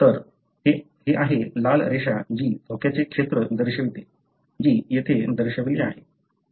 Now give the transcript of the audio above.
तर हे आहे लाल रेषा जी धोक्याचे क्षेत्र दर्शवते जी येथे दर्शविली आहे